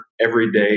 everyday